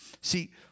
See